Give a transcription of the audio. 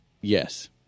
yes